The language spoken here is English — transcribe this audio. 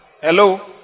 Hello